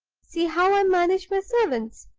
see how i manage my servants!